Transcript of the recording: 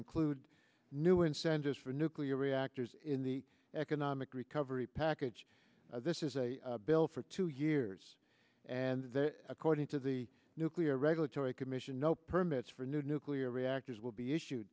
include new incentives for nuclear reactors in the economic recovery package this is a bill for two years and according to the nuclear regulatory commission no permits for new nuclear reactors will be issue